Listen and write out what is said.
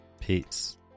peace